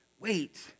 Wait